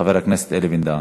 חבר הכנסת אלי בן-דהן.